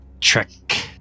trick